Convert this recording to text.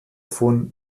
vor